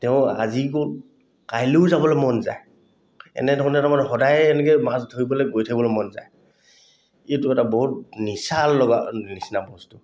তেওঁ আজি গ'ল কাইলৈয়ো যাবলৈ মন যায় এনেধৰণে তৰমানে সদায় এনেকৈ মাছ ধৰিবলৈ গৈ থাকিবলৈ মন যায় এইটো এটা বহুত নিচা লগা নিচিনা বস্তু